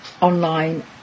online